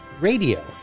radio